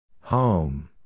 Home